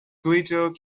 guido